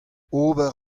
ober